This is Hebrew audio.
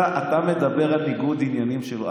אתה מדבר על ניגוד עניינים שלו.